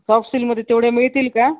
soft सिल्कमध्ये तेवढ्या मिळतील का